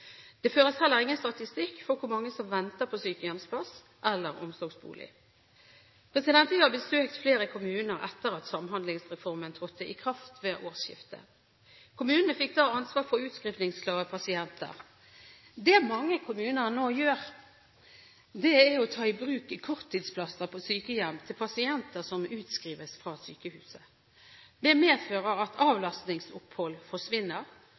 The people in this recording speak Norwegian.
Det føres heller ingen statistikk for hvor mange som venter på sykehjemsplass eller omsorgsbolig. Jeg har besøkt flere kommuner etter at Samhandlingsreformen trådte i kraft ved årsskiftet. Kommunene fikk da ansvar for utskrivningsklare pasienter. Det mange kommuner nå gjør, er å ta i bruk korttidsplasser på sykehjem til pasienter som utskrives fra sykehuset. Det medfører at avlastningsopphold forsvinner,